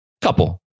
Couple